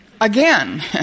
Again